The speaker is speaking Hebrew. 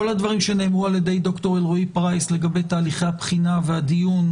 את כל הדברים שנאמרו ע"י ד"ר אלרעי פרייס לגבי תהליכי הבחינה והדיון,